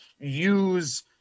use